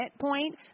point